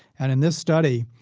and in this study,